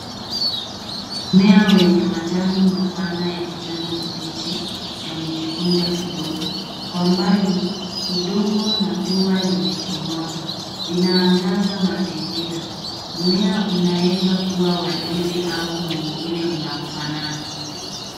Mmea wenye majani mapana ya kijani kipichi, yamejikunja kidogo. Kwa mbali udongo na juu limechomoza, linaangaza mazingira,.Mmea unaweza kuwa wa ndizi au mwingine unaofanana.